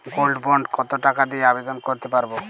Gold bond কত টাকা দিয়ে আবেদন করতে পারবো?